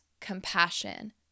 compassion